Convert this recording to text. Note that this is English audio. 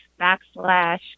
backslash